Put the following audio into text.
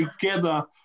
together